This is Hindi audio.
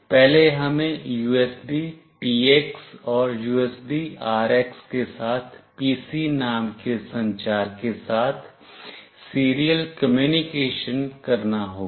पहले हमें USBTX और USBRX के साथ pc नाम के संचार के साथ सीरियल कम्युनिकेशन करना होगा